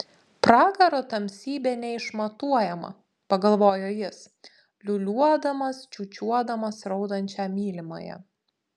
pragaro tamsybė neišmatuojama pagalvojo jis liūliuodamas čiūčiuodamas raudančią mylimąją